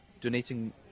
Donating